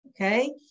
Okay